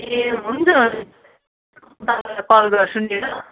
ए हुन्छ हजुर बादमा कल गर्छु नि ल